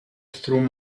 through